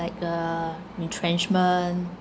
like uh retrenchment